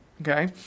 Okay